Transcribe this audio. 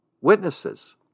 witnesses